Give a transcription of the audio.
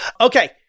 Okay